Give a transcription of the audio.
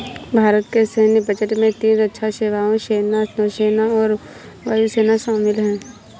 भारत के सैन्य बजट में तीन रक्षा सेवाओं, सेना, नौसेना और वायु सेना शामिल है